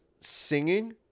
singing